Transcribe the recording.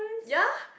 ya